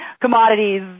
commodities